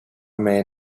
may